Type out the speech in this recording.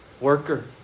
worker